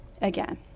again